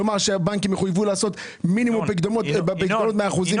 כלומר שהבנקים יחויבו לעשות מינימום בפיקדונות 100%?